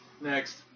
Next